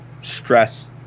stress